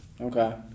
Okay